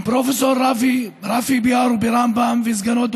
עם פרופ' רפי ביאר ברמב"ם ועם סגנו,